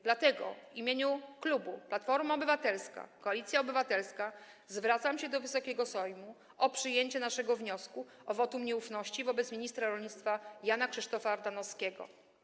Dlatego w imieniu klubu Platforma Obywatelska - Koalicja Obywatelska zwracam się do Wysokiego Sejmu o przyjęcie naszego wniosku o wotum nieufności wobec ministra rolnictwa Jana Krzysztofa Ardanowskiego.